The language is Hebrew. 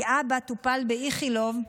כי אבא טופל באיכילוב,